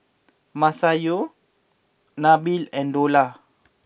Masayu Nabil and Dollah